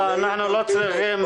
אנחנו לא צריכים,